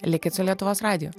likit lietuvos radiju